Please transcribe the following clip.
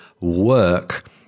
work